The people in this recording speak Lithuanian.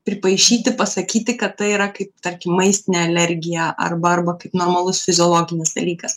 pripaišyti pasakyti kad tai yra kaip tarkim maistinė alergija arba arba kaip normalus fiziologinis dalykas